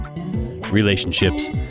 Relationships